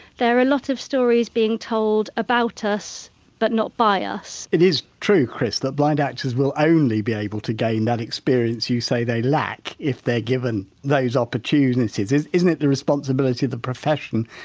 there are a lot of stories being told about us but not by us it is true, chris, that blind actors will only be able to gain that experience, you say they lack, if they're given those opportunities isn't it the responsibility of the profession,